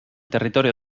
territorio